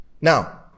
Now